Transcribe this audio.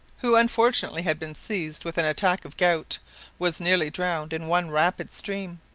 who unfortunately had been seized with an attack of gout was nearly drowned in one rapid stream.